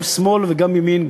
גם שמאל וגם ימין,